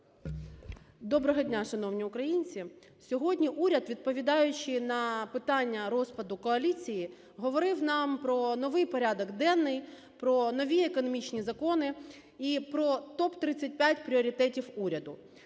Доброго дня, шановні українці! Сьогодні уряд, відповідаючи на питання розпаду коаліції, говорив нам про новий порядок денний, про нові економічні закони і про топ-35 пріоритетів уряду.